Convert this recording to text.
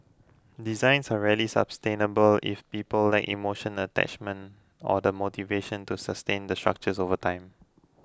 designs are rarely sustainable if people lack emotional attachment or the motivation to sustain the structures over time